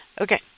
okay